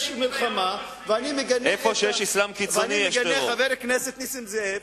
יש מלחמה, ואני מגנה, חבר הכנסת נסים זאב.